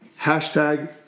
hashtag